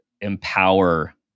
empower